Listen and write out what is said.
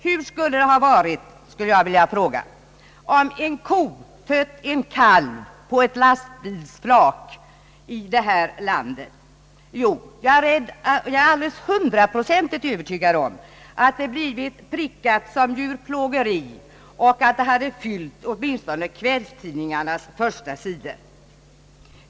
Hur skulle det ha varit, vill jag fråga, om en ko fött en kalv på ett lastbilsflak i detta land? Jag är hundraprocentigt övertygad om, att man prickat det hela som djurplågeri och att historien fyllt åtminstone kvällstidningarnas förstasidor.